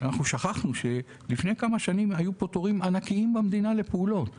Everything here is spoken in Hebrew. אנחנו שכחנו שלפני כמה שנים היו כאן תורים ענקיים במדינה לפעולות.